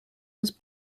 was